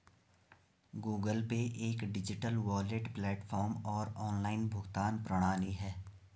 Google Pay एक digital wallet platform और online भुगतान प्रणाली है